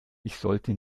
sollte